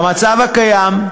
לא 46?